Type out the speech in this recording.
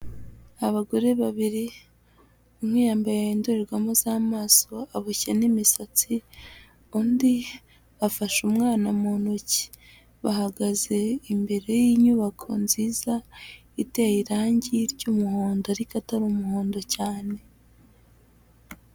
Abagore babiri, umwe yambaye indorerwamo z'amaso aboshye n'imisatsi, undi afashe umwana mu ntoki. Bahagaze imbere y'inyubako nziza, iteye irangi ry'umuhondo, ariko atari umuhondo cyane.